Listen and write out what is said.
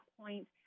point